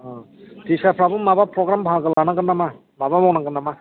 टिसारफ्राबो माबा फ्रग्राम बाहागो लानांगोन नामा माबा मावनांगोन नामा